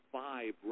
five